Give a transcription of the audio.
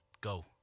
go